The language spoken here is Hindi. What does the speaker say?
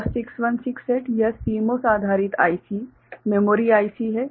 और 6168 यह CMOS आधारित आईसी मेमोरी आईसी है